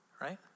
right